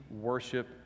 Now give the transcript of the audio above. worship